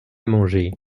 manger